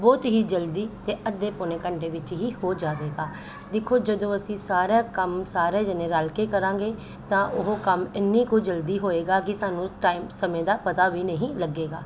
ਬਹੁਤ ਹੀ ਜਲਦੀ ਅਤੇ ਅੱਧੇ ਪੋਣੇ ਘੰਟੇ ਵਿੱਚ ਹੀ ਹੋ ਜਾਵੇਗਾ ਦੇਖੋ ਜਦੋਂ ਅਸੀਂ ਸਾਰਾ ਕੰਮ ਸਾਰੇ ਜਣੇ ਰਲ ਕੇ ਕਰਾਂਗੇ ਤਾਂ ਉਹ ਕੰਮ ਇੰਨੀ ਕੁ ਜਲਦੀ ਹੋਏਗਾ ਕਿ ਸਾਨੂੰ ਟਾਈਮ ਸਮੇਂ ਦਾ ਪਤਾ ਵੀ ਨਹੀਂ ਲੱਗੇਗਾ